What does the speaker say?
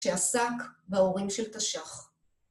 שעסק בהורים של תשח.